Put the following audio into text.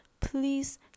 please